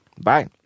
Bye